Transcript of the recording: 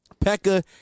Pekka